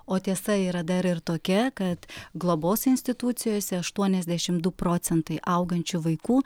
o tiesa yra dar ir tokia kad globos institucijose aštuoniasdešim du procentai augančių vaikų